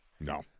No